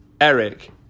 Eric